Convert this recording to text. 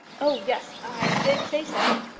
oh, yes i did say so.